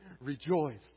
rejoice